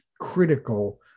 critical